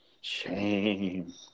Shame